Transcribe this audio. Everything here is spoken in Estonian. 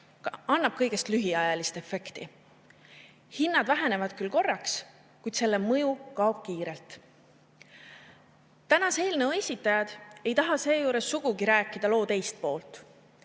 annab kõigest lühiajalist efekti. Hinnad vähenevad küll korraks, kuid selle mõju kaob kiirelt. Eelnõu esitajad ei taha seejuures sugugi rääkida loo teist poolt.